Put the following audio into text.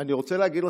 אני רוצה להגיד לכם,